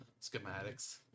schematics